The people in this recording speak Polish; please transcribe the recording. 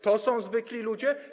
To są zwykli ludzie?